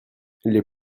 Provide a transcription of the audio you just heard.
les